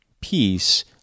peace